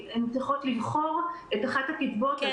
הן צריכות לבחור את אחת הקצבאות.